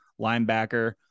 linebacker